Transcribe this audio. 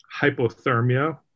hypothermia